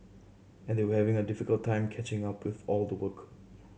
and they were having a difficult time catching up with all the work